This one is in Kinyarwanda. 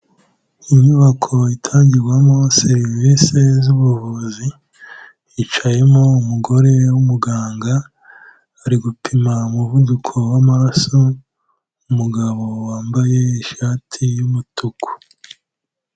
Inyubako itangirwamo serivisi z'ubuvuzi, yicayemo umugore w'umuganga, ari gupima umuvuduko w'amaraso, umugabo wambaye ishati y'umutuku.